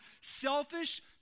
selfish